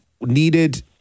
needed